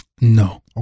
No